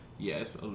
Yes